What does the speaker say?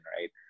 right